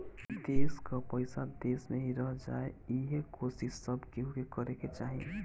देस कअ पईसा देस में ही रह जाए इहे कोशिश सब केहू के करे के चाही